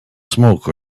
smoke